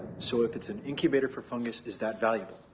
so if it's an incubator for fungus, is that valuable?